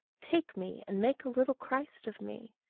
take me and make a little christ of me.